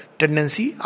tendency